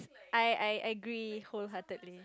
I I agree wholeheartedly